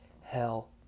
hell